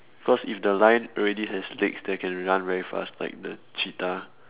cause if the lion already has legs that can run very fast like the cheetah